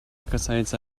касается